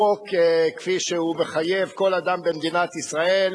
החוק, כפי שהוא מחייב כל אדם במדינת ישראל,